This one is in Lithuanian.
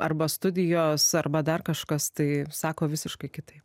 arba studijos arba dar kažkas tai sako visiškai kitaip